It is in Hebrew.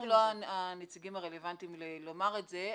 אנחנו לא הנציגים הרלוונטיים לענות על זה,